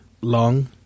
long